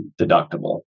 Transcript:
deductible